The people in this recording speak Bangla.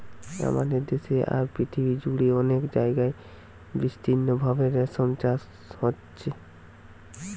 আমাদের দেশে আর পৃথিবী জুড়ে অনেক জাগায় বিস্তৃতভাবে রেশম চাষ হচ্ছে